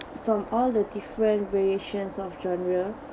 from all the different variations of genre